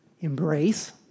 embrace